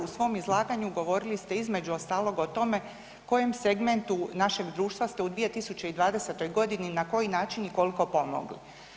U svom izlaganju govorili ste između ostalog o tome kojem segmentu našeg društva ste u 2020. godini, na koji način i koliko pomogli.